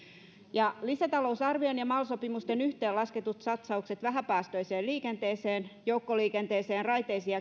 lisätalousarvion ja mal sopimusten yhteenlasketut satsaukset vähäpäästöiseen liikenteeseen joukkoliikenteeseen raiteisiin